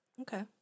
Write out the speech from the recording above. Okay